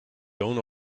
owner